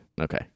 okay